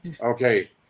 okay